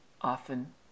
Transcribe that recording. often